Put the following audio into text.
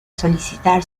solicitar